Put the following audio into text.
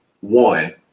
one